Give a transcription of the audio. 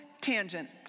tangent